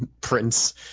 prince